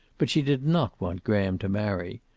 but she did not want graham to marry.